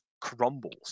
crumbles